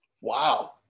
Wow